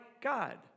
God